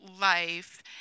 life